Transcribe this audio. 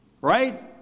Right